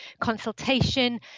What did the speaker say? consultation